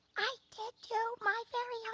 i did do my fairy